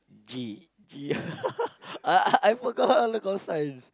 G G uh I I forgot all the consonants